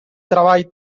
treball